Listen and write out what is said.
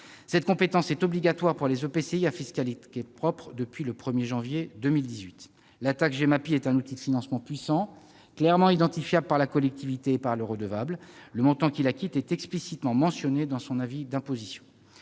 Cette compétence est obligatoire pour les EPCI à fiscalité propre depuis le 1 janvier 2018. La taxe Gemapi est un outil de financement puissant, clairement identifiable par la collectivité et par le redevable- le montant que ce dernier acquitte est explicitement mentionné dans son avis d'imposition